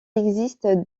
existe